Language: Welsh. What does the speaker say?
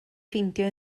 ffeindio